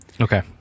Okay